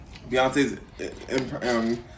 Beyonce's